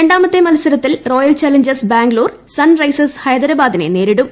രണ്ടാമത്തെ മത്സരത്തിൽ Royal Challengers Bangalore Sunrisers ഹൈദരാബാദിനെ നേരിടും